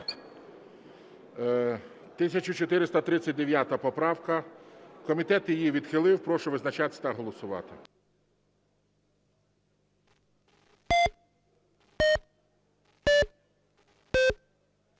68 поправка. Комітетом відхилена. Прошу визначатись та голосувати.